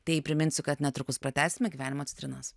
tai priminsiu kad netrukus pratęsime gyvenimo citrinas